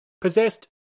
possessed